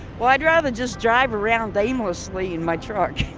well, i'd rather just drive around aimlessly in my truck.